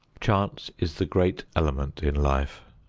chance is the great element in life.